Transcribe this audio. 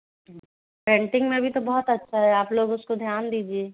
painting में भी तो बहुत अच्छा है आप लोग उसको ध्यान दीजिए